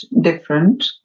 different